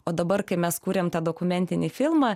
o dabar kai mes kūrėm tą dokumentinį filmą